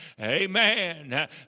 Amen